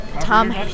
tom